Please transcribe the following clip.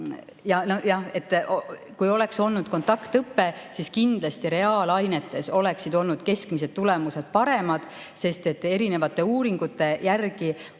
Kui oleks olnud kontaktõpe, siis kindlasti reaalainetes oleksid keskmised tulemused paremad olnud. Erinevate uuringute järgi